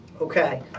Okay